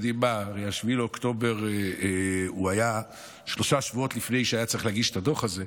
הרי 7 באוקטובר היה שלושה שבועות לפני שהיה צריך להגיש את הדוח הזה.